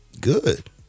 Good